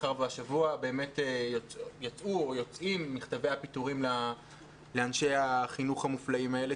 מאחר והשבוע יצאו או יוצאים מכתבי הפיטורים לאנשי החינוך המופלאים האלה.